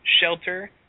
shelter